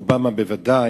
אובמה בוודאי.